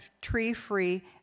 tree-free